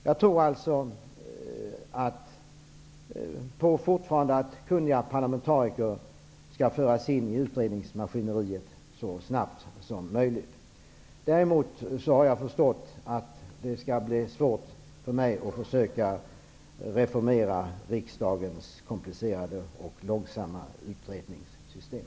Jag tror alltså fortfarande att kunniga parlamentariker bör föras in i utredningsmaskineriet så snabbt som möjligt. Däremot har jag förstått att det blir svårt för mig att försöka reformera riksdagens långsamma och komplicerade utredningssystem.